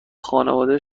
خانواده